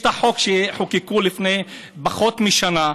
יש את החוק שחוקקו לפני פחות משנה,